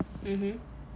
mmhmm